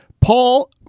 Paul